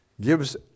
gives